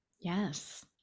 Yes